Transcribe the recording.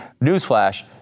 Newsflash